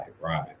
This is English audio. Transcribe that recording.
right